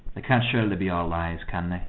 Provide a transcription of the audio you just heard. can't surely be all lies can they?